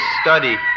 study